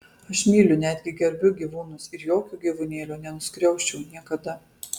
aš myliu netgi gerbiu gyvūnus ir jokio gyvūnėlio nenuskriausčiau niekada